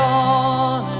on